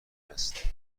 است